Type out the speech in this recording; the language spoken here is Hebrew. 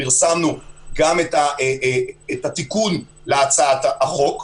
פרסמנו גם את התיקון להצעת החוק,